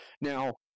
Now